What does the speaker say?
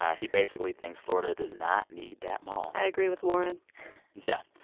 he basically thinks florida does not need that mall i agree with warren yeah.